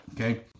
okay